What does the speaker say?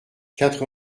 quatre